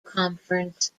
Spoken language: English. conference